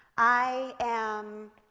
i am,